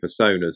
personas